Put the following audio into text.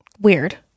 Weird